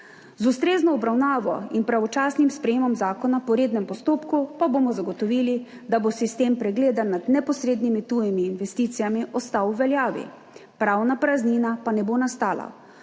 Z ustrezno obravnavo in pravočasnim sprejemom zakona po rednem postopku pa bomo zagotovili, da bo sistem pregleda nad neposrednimi tujimi investicijami ostal v veljavi, pravna praznina pa ne bo nastala.